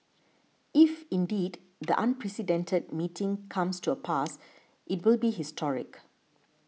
if indeed the unprecedented meeting comes to pass it will be historic